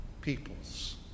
peoples